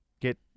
get